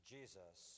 Jesus